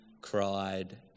cried